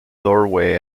doorway